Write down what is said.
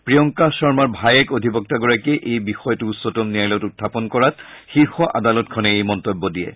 প্ৰিয়ংকা শৰ্মাৰ ভায়েক অধিবক্তাগৰাকীয়ে এই বিষয়টো উচ্চতম ন্যায়ালয়ত উখাপন কৰাত শীৰ্ষ আদালতখনে এই মন্তব্য দিয়ে